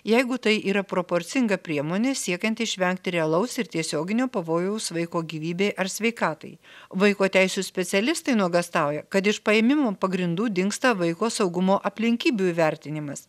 jeigu tai yra proporcinga priemonė siekiant išvengti realaus ir tiesioginio pavojaus vaiko gyvybei ar sveikatai vaiko teisių specialistai nuogąstauja kad iš paėmimo pagrindų dingsta vaiko saugumo aplinkybių įvertinimas